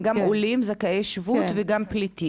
הם גם עולים זכאי שבות וגם פליטים?